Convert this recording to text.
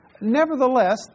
Nevertheless